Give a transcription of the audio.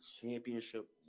championship